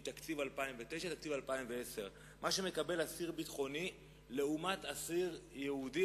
מתקציב 2009 ותקציב 2010. מה מקבל אסיר ביטחוני לעומת אסיר יהודי,